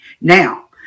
Now